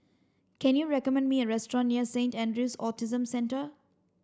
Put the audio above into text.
can you recommend me a restaurant near Saint Andrew's Autism Centre